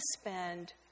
spend